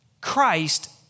Christ